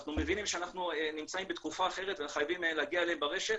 אנחנו מבינים שאנחנו נמצאים בתקופה אחרת וחייבים להגיע אליהם ברשת,